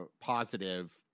positive